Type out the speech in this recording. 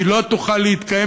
לא תוכל להתקיים,